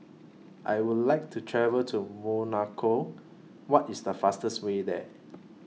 I Would like to travel to Monaco What IS The fastest Way There